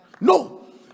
No